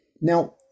Now